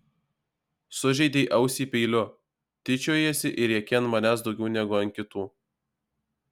sužeidei ausį peiliu tyčiojiesi ir rėki ant manęs daugiau negu ant kitų